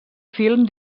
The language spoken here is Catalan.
film